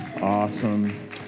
Awesome